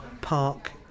Park